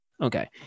okay